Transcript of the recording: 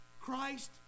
Christ